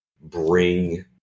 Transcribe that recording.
bring